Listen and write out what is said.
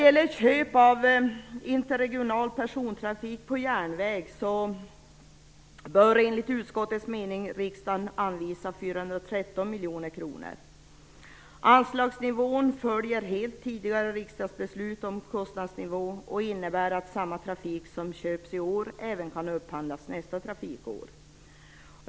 Till köp av interregional persontrafik på järnväg bör enligt utskottets mening riksdagen anvisa 413 miljoner kronor. Anslagsnivån följer helt tidigare riksdagsbeslut om kostnadsnivå och innebär att samma trafik som köps i år även kan upphandlas nästa trafikår.